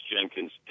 Jenkins